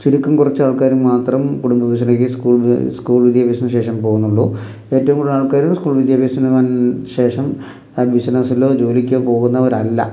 ചുരുക്കം കുറച്ചു ആൾക്കാർ മാത്രം കുടുംബ ബിസിനസിലേക്ക് സ്കൂൾ സ്കൂൾ വിദ്യാഭ്യാസത്തിന് ശേഷം പോകുന്നുള്ളൂ ഏറ്റവും കൂടുതൽ ആൾക്കാരും സ്കൂൾ വിദ്യാഭ്യാസത്തിന് ശേഷം ആ ബിസിനസ്സിലോ ജോലിക്കോ പോകുന്നവരല്ല